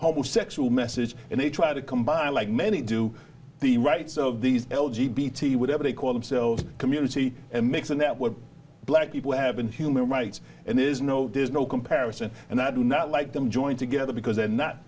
home sexual message and they try to combine like many do the rights of these l g b t whatever they call themselves community and mix and that what black people have been human rights and there's no there's no comparison and i do not like them join together because they're not